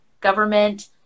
government